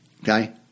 okay